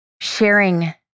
sharing